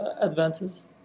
advances